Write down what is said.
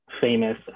famous